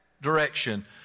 direction